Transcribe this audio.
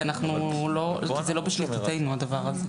כי זה לא בשליטתנו הדבר הזה.